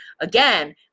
Again